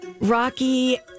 Rocky